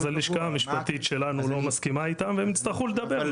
אז הלשכה המשפטית שלנו לא מסכימה איתם והם יצטרכו לדבר,